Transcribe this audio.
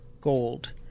Gold